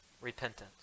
repentance